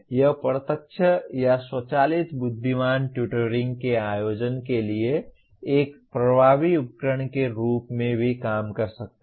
यह प्रत्यक्ष या स्वचालित बुद्धिमान टुटोरिंग के आयोजन के लिए एक प्रभावी उपकरण के रूप में भी काम कर सकता है